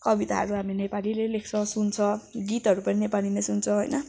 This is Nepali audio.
कविताहरू हामी नेपालीले लेख्छ सुन्छ गीतहरू पनि नेपाली नै सुन्छ होइन